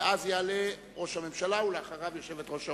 ואז יעלה ראש הממשלה ואחריו יושבת ראש האופוזיציה.